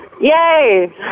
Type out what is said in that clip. Yay